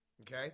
okay